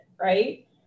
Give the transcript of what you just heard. right